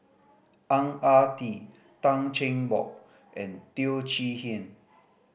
Ang Ah Tee Tan Cheng Bock and Teo Chee Hean